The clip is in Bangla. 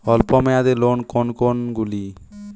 অল্প মেয়াদি লোন কোন কোনগুলি?